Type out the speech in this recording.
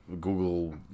google